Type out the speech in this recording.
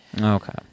Okay